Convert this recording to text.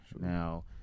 Now